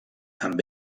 amb